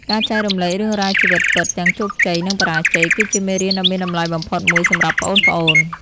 ការចែករំលែករឿងរ៉ាវជីវិតពិត ទាំងជោគជ័យ និងបរាជ័យ គឺជាមេរៀនដ៏មានតម្លៃបំផុតមួយសម្រាប់ប្អូនៗ។